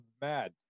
mad